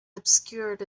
obscured